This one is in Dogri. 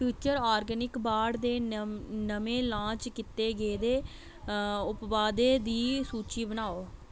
फ्यूचर ऑर्गेनिक्स ब्रांड दे नमें लांच कीते गेदे उत्पादें दी सूची बनाओ